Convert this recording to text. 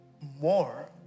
more